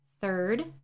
Third